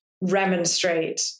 remonstrate